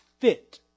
fit